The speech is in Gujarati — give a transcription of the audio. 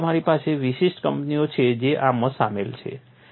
તેથી જ તમારી પાસે વિશિષ્ટ કંપનીઓ છે જે આમાં શામેલ છે